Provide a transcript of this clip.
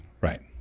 Right